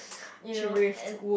you know and